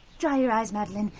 dry your eyes, madeleine.